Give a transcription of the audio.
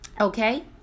Okay